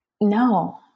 No